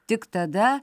tik tada